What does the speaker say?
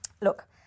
look